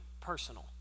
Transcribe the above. personal